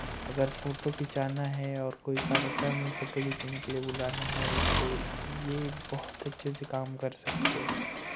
अगर फ़ोटो खिंचाना है और कोई कार्यक्रम में फोटो खींचने के लिए बुलाना है तो ये बहुत अच्छे से काम कर सकते हैं